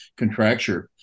contracture